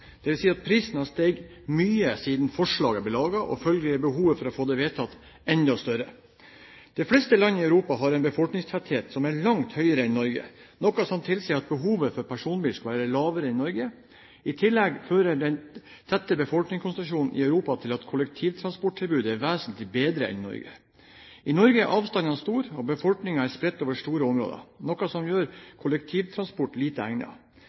at prisen har steget mye siden forslaget ble laget, og følgelig er behovet for å få det vedtatt enda større. De fleste land i Europa har en befolkningstetthet som er langt høyere enn i Norge, noe som tilsier at behovet for personbil skulle være mindre enn i Norge. I tillegg fører den tette befolkningskonsentrasjonen i Europa til at kollektivtransporttilbudet er vesentlig bedre enn i Norge. I Norge er avstandene store, og befolkningen er spredt over store områder, noe som